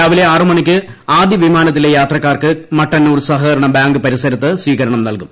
രാവിലെ ആറുമണിക്ക് ആദ്യ വിമാനത്തിലെ യാത്രക്കാർക്ക് മട്ടന്നൂർ സഹകരണ ബാങ്ക് പരിസരത്ത് സ്വീ കരണം നൽകും